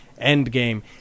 Endgame